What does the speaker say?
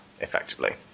effectively